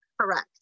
Correct